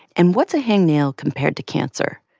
and what's a hangnail compared to cancer?